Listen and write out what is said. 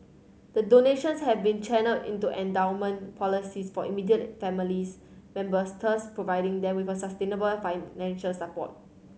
the donations have been channelled into endowment policies for immediate families members thus providing them with sustainable financial support